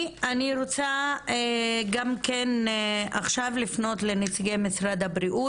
אני רוצה לפנות עכשיו לנציגי משרד הבריאות.